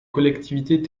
collectivités